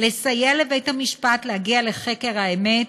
לסייע לבית-המשפט להגיע לחקר האמת,